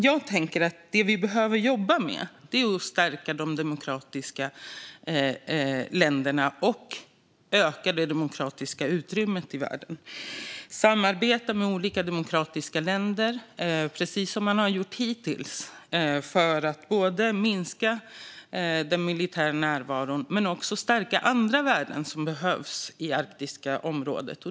Jag tänker att det vi behöver jobba med är att stärka de demokratiska länderna och öka det demokratiska utrymmet i världen. Vi behöver samarbeta med olika demokratiska länder, precis som man har gjort hittills, för att inte bara minska den militära närvaron utan också stärka andra värden som behövs i det arktiska området.